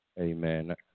Amen